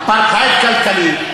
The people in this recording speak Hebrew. אפרטהייד כלכלי,